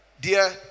Dear